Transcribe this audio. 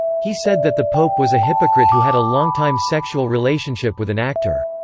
he said that the pope was a hypocrite who had a longtime sexual relationship with an actor.